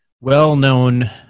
well-known